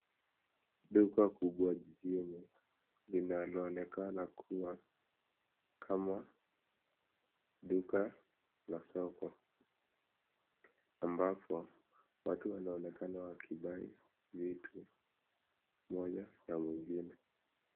Duka kubwa jijini, linaloonekana kama duka la soko ambapo watu wanaonekana wakibuy vitu, moja kwa mwingine.